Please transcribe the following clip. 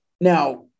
Now